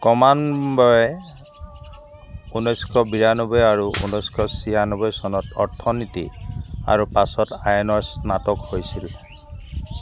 ক্ৰমান্বয়ে ঊনৈছশ বিৰানব্বৈ আৰু ঊনৈছশ ছিয়ানব্বৈ চনত অৰ্থনীতি আৰু পাছত আইনৰ স্নাতক হৈছিল